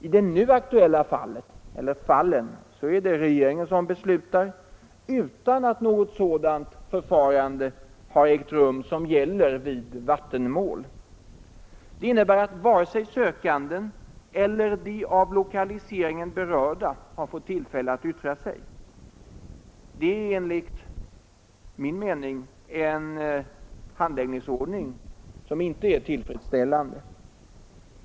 I det aktuella fallet, eller fallen, är det regeringen som beslutar utan att något sådant förfarande har ägt rum som gäller vid vattenmål. Det innebär att varken sökanden eller de av lokaliseringen berörda har fått tillfälle att yttra sig. Det är enligt min mening en handläggningsordning som är otillfredsställande.